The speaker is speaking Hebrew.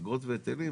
אגרות והיטלים,